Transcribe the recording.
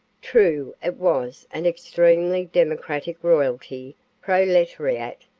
true, it was an extremely democratic royalty proletariat,